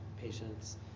patients